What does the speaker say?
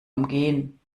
umgehen